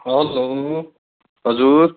hello हजुर